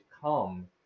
come